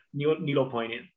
needlepointing